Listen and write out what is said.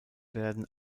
werden